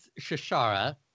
Shashara